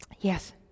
yes